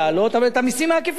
אבל את המסים העקיפים, להעלות.